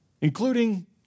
including